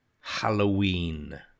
halloween